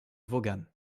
vaughan